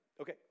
Okay